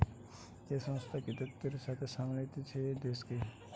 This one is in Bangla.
যে সংস্থা কর্তৃত্বের সাথে সামলাতিছে দেশকে